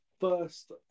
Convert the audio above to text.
first